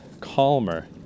calmer